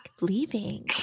leaving